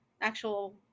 actual